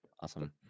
Awesome